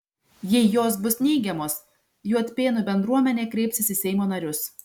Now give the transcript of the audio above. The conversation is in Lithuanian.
jei jos bus neigiamos juodpėnų bendruomenė kreipsis į seimo narius